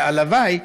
והלוואי,